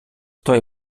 той